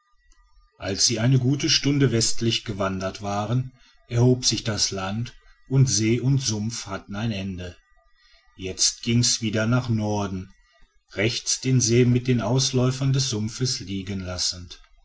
als sie eine gute stunde westlich gewandert waren erhob sich das land und see und sumpf hatten ein ende jetzt ging's wieder nach norden rechts den see mit den ausläufern des sumpfes liegen lassend